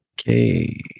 Okay